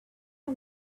ago